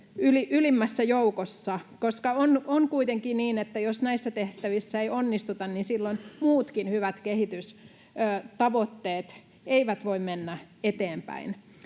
ylimmässä joukossa, koska on kuitenkin niin, että jos näissä tehtävissä ei onnistuta, silloin muutkaan hyvät kehitystavoitteet eivät voi mennä eteenpäin.